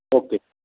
okay